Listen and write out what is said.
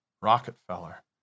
Rockefeller